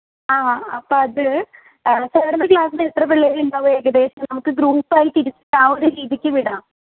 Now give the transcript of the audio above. ആ അപ്പമത് സാറിൻ്റെ ക്ലാസ്സിൽ എത്ര പിള്ളേരുണ്ടാവും ഏകദേശം നമുക്ക് ഗ്രൂപ്പായി തിരിക്കാം ആ ഒരു രീതിക്ക് വിടാം